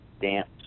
dance